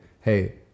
hey